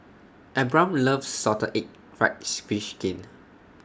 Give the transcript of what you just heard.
Abram loves Salted Egg Fried Fish Skin